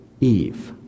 Eve